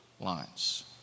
lines